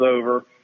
over